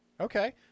Okay